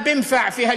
לא, אדוני.